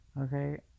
okay